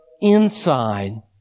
inside